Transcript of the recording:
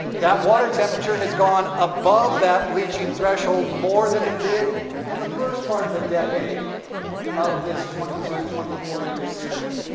that water temperature has gone above that bleaching threshold more than it did in the first part of the decade of this twenty two to twenty four year series.